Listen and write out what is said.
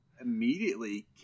immediately